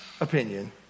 opinion